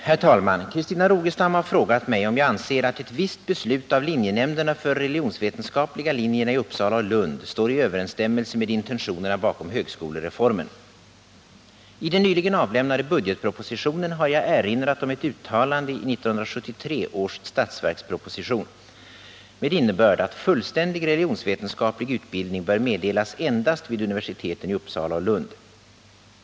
Herr talman! Christina Rogestam har frågat mig om jag anser att ett visst beslut av linjenämnderna för religionsvetenskapliga linjerna i Uppsala och Lund står i överensstämmelse med intentionerna bakom högskolereformen. I den nyligen avlämnade budgetpropositionen har jag erinrat om ett uttalande i 1973 års statsverksproposition med innebörd att fullständig religionsvetenskaplig utbildning bör meddelas endast vid universiteten i Uppsala och Lund.